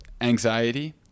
anxiety